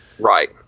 Right